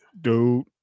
Dude